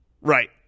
Right